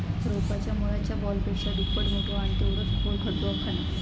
रोपाच्या मुळाच्या बॉलपेक्षा दुप्पट मोठो आणि तेवढोच खोल खड्डो खणा